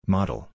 Model